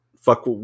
fuck